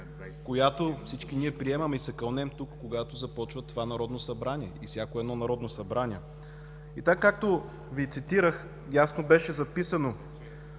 която всички ние приемаме и се кълнем тук, когато започва това Народно събрание, и всяко едно Народно събрание. И така, както Ви цитирах, ясно беше записано: